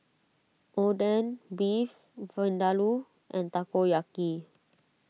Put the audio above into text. Oden Beef Vindaloo and Takoyaki